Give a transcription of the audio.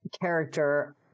character